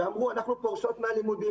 שאמרו: אנחנו פורשות מן הלימודים,